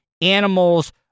animals